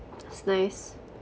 that's nice